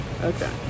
Okay